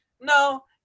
no